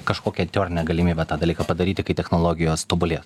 kažkokia teorinė galimybė tą dalyką padaryti kai technologijos tobulės